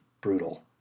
brutal